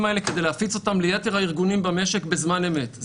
האלה כדי להפיץ אותם ליתר הארגונים במשק בזמן אמת.